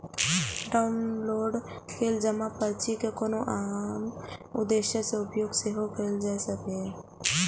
download कैल जमा पर्ची के कोनो आन उद्देश्य सं उपयोग सेहो कैल जा सकैए